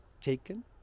taken